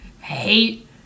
hate